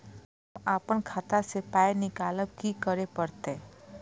हम आपन खाता स पाय निकालब की करे परतै?